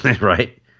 Right